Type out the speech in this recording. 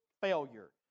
failure